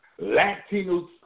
Latinos